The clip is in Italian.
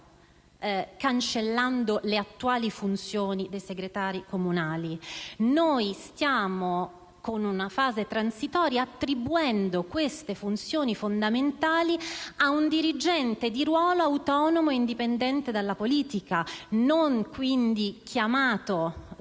cancellando le attuali funzioni dei segretari comunali: con una fase transitoria, stiamo piuttosto attribuendo queste funzioni fondamentali ad un dirigente di ruolo autonomo ed indipendente dalla politica, quindi non chiamato